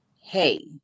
hey